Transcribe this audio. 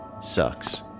sucks